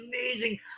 amazing